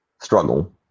struggle